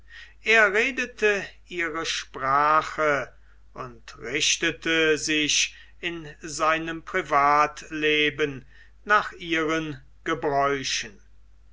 er redete ihre sprache und richtete sich in seinem privatleben nach ihren gebräuchen